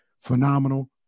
phenomenal